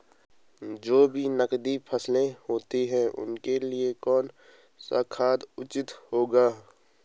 जो भी नकदी फसलें होती हैं उनके लिए कौन सा खाद उचित होगा?